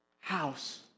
house